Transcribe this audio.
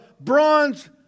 bronze